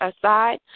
aside